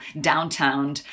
downtown